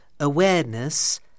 awareness